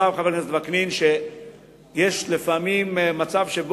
יש היום מצב,